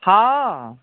हँ